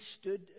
stood